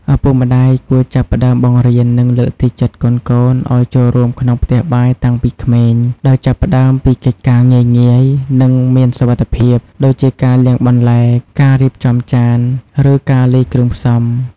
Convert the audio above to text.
ឪពុកម្ដាយគួរចាប់ផ្ដើមបង្រៀន និងលើកទឹកចិត្តកូនៗឱ្យចូលរួមក្នុងផ្ទះបាយតាំងពីក្មេង ដោយចាប់ផ្ដើមពីកិច្ចការងាយៗ និងមានសុវត្ថិភាព ដូចជាការលាងបន្លែ ការរៀបចំចាន ឬការលាយគ្រឿងផ្សំ ។